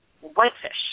whitefish